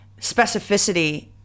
specificity